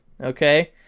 Okay